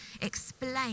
explain